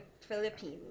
Philippines